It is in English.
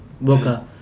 Boca